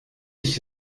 ich